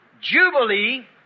Jubilee